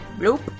Nope